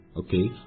okay